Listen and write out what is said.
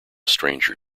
stranger